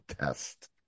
test